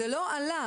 זה לא עלה.